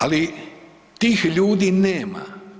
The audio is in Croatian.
Ali tih ljudi nema.